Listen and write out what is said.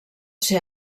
ser